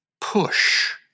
push